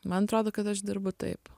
man atrodo kad aš dirbu taip